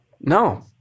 No